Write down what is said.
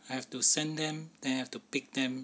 I have to send them then have to pick them